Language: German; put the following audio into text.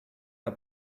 der